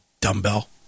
Dumbbell